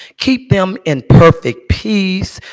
keep them in perfect peace.